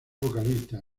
vocalista